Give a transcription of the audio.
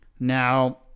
Now